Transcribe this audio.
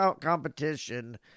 competition